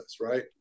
right